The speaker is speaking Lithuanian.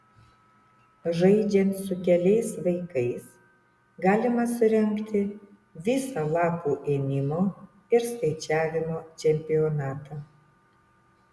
žaidžiant su keliais vaikais galima surengti visą lapų ėmimo ir skaičiavimo čempionatą